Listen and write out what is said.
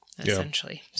Essentially